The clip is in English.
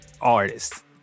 artist